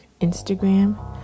instagram